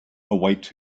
await